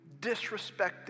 disrespecting